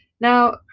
Now